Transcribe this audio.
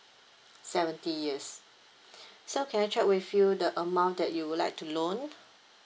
seventy years so can I check with you the amount that you would like to loan